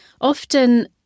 often